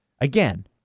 Again